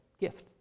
gift